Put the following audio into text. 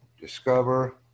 Discover